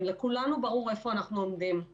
על מה שאני מדבר זה